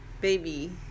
Baby